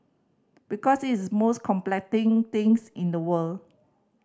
because it's most thing things in the world